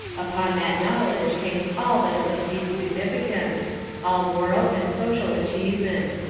upon that knowledge hangs all that is of deep significance all moral and social achievement.